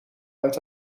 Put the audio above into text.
uit